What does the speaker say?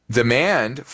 demand